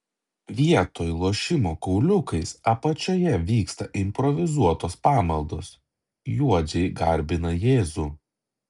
vietoj lošimo kauliukais apačioje vyksta improvizuotos pamaldos juodžiai garbina jėzų